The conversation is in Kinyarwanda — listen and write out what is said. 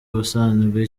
ubusanzwe